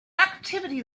activity